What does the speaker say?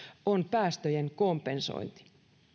on päästöjen kompensointi